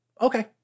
okay